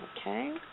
okay